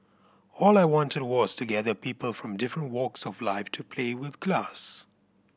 all I wanted was to gather people from different walks of life to play with glass